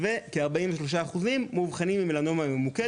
ממש נדיר,